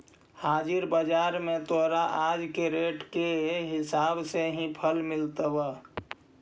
हाजिर बाजार में तोरा आज के रेट के हिसाब से ही फल मिलतवऽ